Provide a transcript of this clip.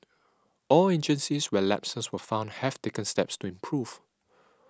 all agencies where lapses were found have taken steps to improve